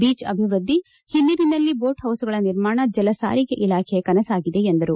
beach ಅಭಿವೃದ್ದಿ ಹಿನ್ನಿರಿನಲ್ಲಿ boat ಹೌಸ್ಗಳ ನಿರ್ಮಾಣ ಜಲಸಾರಿಗೆ ಇಲಾಖೆಯ ಕನಸಾಗಿದೆ ಎಂದರು